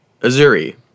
Azuri